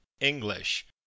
english